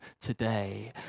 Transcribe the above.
today